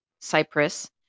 cyprus